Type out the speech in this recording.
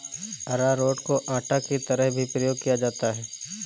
अरारोट को आटा की तरह भी प्रयोग किया जाता है